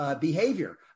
behavior